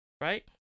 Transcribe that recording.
right